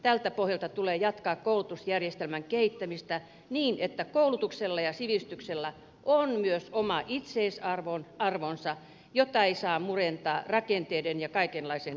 tältä pohjalta tulee jatkaa koulutusjärjestelmän kehittämistä niin että koulutuksella ja sivistyksellä on myös oma it seisarvonsa jota ei saa murentaa rakenteiden ja kaikenlaisen tehostamisen korostamisella